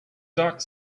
dark